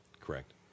Correct